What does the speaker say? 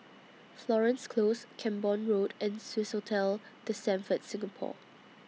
Florence Close Camborne Road and Swissotel The Stamford Singapore